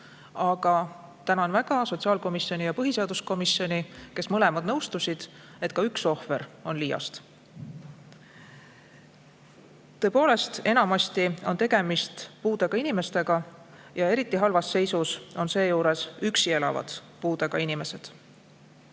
Tänan väga sotsiaalkomisjoni ja põhiseaduskomisjoni, kes mõlemad nõustusid, et ka üks ohver on liiast. Tõepoolest, enamasti on tegemist puudega inimestega, eriti halvas seisus on seejuures üksi elavad puudega inimesed.